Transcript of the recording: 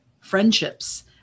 Friendships